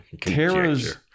Tara's